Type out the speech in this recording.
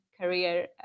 career